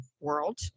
world